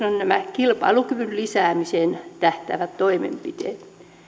ovat nämä kilpailukyvyn lisäämiseen tähtäävät toimenpiteet